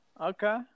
Okay